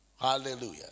Hallelujah